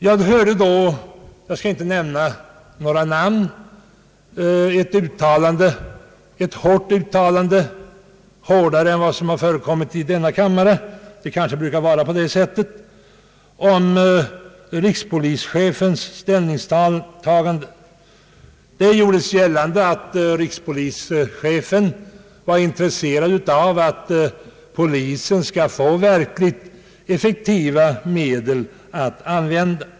Jag hörde aå — jag skall inte nämna några namn — ett hårt uttalande om rikspolischefens ställningstagande. Det var ett hårdare uttalande än vad som förekommit i denna kammare, men det kanske brukar vara på det sättet. Det gjordes gällande att rikspolischefen var intresserad av att polisen skall få verkligt effektiva medel att använda.